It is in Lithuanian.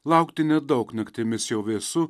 laukti nedaug naktimis jau vėsu